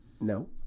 No